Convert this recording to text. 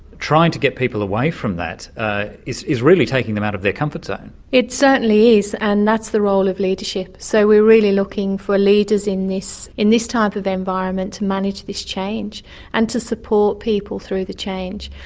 trying to get people away from that is is really taking them out of their comfort zone. it certainly is, and that's the role of leadership. so we're really looking for leaders in this in this type of environment to manage this change and to support people through the change.